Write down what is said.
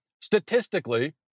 Statistically